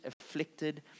afflicted